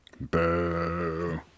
Boo